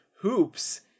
Hoops